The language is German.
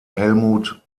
helmuth